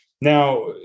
Now